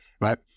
right